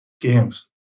games